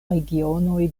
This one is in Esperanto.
regionoj